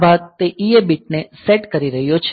આ ભાગ તે EA બીટ ને સેટ કરી રહ્યો છે